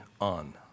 on